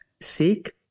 seek